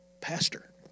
Pastor